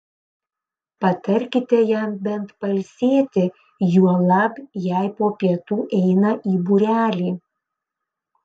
patarkite jam bent pailsėti juolab jei po pietų eina į būrelį